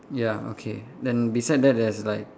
ya okay then beside there there's like